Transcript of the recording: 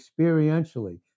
experientially